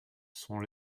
sont